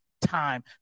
time